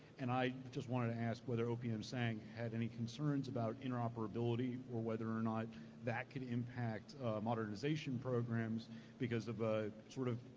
and i just wanted to ask whether opi and sang had any concerns about interoperability or whether or not that could impact a modernization programs because of a sort of